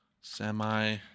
semi